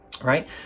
Right